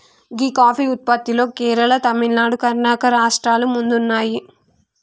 గీ coffee ఉత్పత్తిలో కేరళ, తమిళనాడు, కర్ణాటక రాష్ట్రాలు ముందున్నాయి